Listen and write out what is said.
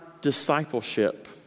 discipleship